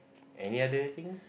any other thing